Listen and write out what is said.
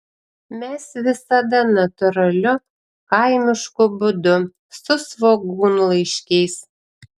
mes visada natūraliu kaimišku būdu su svogūnlaiškiais